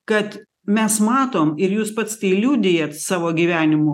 kad mes matom ir jūs pats tai liudijat savo gyvenimu